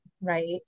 right